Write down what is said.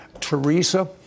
Teresa